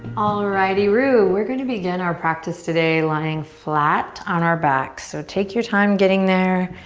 alrighty-roo. we're gonna begin our practice today lying flat on our backs. so take your time getting there.